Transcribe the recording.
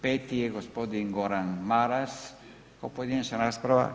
Peti je gospodin Goran Maras, pojedinačna rasprava.